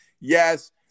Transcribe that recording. yes